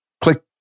Click